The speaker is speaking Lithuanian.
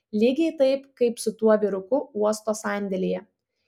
lygiai taip kaip su tuo vyruku uosto sandėlyje